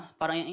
parang